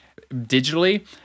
Digitally